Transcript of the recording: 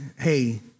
hey